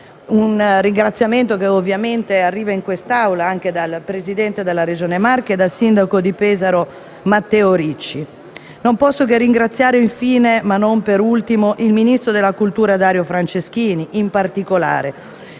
Un ringraziamento giunge ovviamente in questa Assemblea anche dal Presidente della Regione Marche e dal sindaco di Pesaro Matteo Ricci. Ringrazio, inoltre, ma non per ultimo, il ministro della cultura Dario Franceschini, in particolare